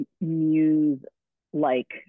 muse-like